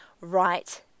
right